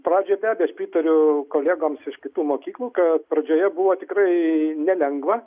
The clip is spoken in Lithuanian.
pradžioj be abejo aš pritariu kolegoms iš kitų mokyklų kad pradžioje buvo tikrai nelengva